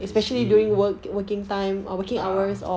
I see a'ah